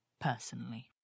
personally